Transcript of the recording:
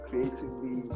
creatively